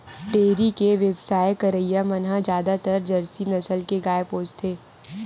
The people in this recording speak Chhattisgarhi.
डेयरी के बेवसाय करइया मन ह जादातर जरसी नसल के गाय पोसथे